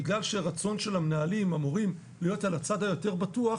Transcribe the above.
בגלל רצון המנהלים והמורים להיות על הצד היותר בטוח,